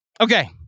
Okay